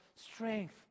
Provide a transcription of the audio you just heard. strength